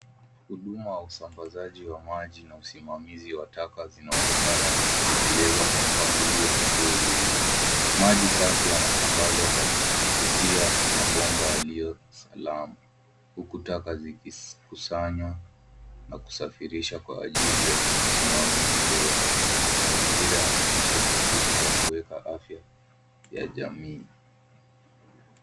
Mfumo wa usambazaji wa maji na usimamizi wa taka zinaonekana zikitekelezwa kwa mpangilio mzuri. Maji safi yanasambazwa kupitia mabomba yaliyo salama huku taka zikikusanywa na kusafirishwa kwa ajili ya usimamizi bora. Mazingira yanaonyesha juhudi za kuweka afya ya jamii.